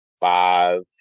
five